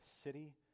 city